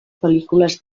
pel·lícules